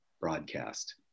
broadcast